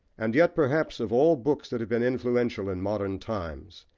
and yet, perhaps, of all books that have been influential in modern times,